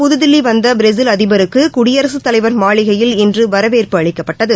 புதுதில்லிவந்தபிரேசில் அதிபருக்குகுடியரசுதலைவர் மாளிகையில் இன்றுவரவேற்பு நேற்று அளிக்கப்பட்டது